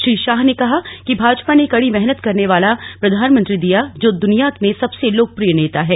श्री शाह ने कहा कि भाजपा ने कड़ी मेहनत करने वाला प्रधानमंत्री दिया जो दुनिया में सबसे लोकप्रिय नेता हैं